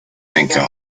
anchor